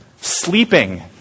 sleeping